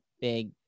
big